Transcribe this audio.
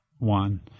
One